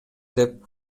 деп